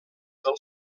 del